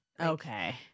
Okay